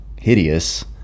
hideous